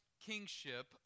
kingship